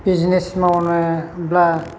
business मावनोब्ला